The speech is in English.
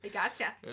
gotcha